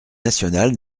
nationale